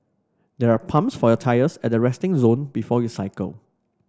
there are pumps for your tyres at the resting zone before you cycle